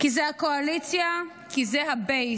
כי זה הקואליציה, כי זה הבייס,